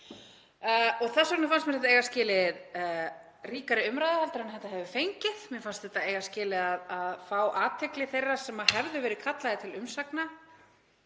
Þess vegna fannst mér þetta eiga skilið ríkari umræðu en það hefur fengið. Mér fannst þetta eiga skilið að fá athygli þeirra sem hefðu verið kallaðir til umsagna